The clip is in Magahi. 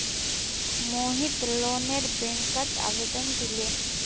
मोहित लोनेर बैंकत आवेदन दिले